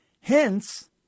Hence